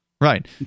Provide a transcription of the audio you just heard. Right